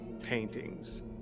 paintings